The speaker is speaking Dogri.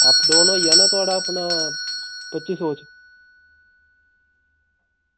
अप डाऊन होई जाना कोई थुआढ़ा पच्ची सौ